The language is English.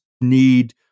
need